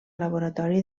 laboratori